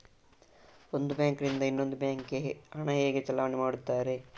ಒಂದು ಬ್ಯಾಂಕ್ ನಿಂದ ಇನ್ನೊಂದು ಬ್ಯಾಂಕ್ ಗೆ ಹಣ ಹೇಗೆ ಚಲಾವಣೆ ಮಾಡುತ್ತಾರೆ?